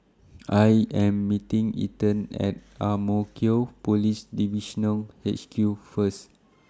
I Am meeting Ethan At Ang Mo Kio Police Divisional HQ First